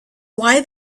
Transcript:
why